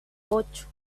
ocho